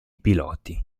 piloti